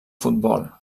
futbol